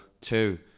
two